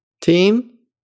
Team